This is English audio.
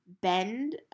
bend